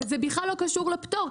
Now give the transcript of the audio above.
וזה בכלל לא קשור לפטור,